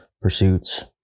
Pursuits